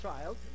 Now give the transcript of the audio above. child